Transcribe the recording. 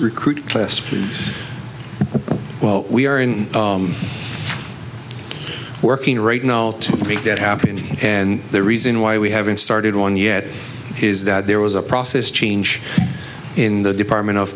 recruit class well we are in working right now to make that happen and the reason why we haven't started one yet is that there was a process change in the department of